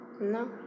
No